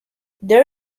there